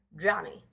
Johnny